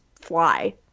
fly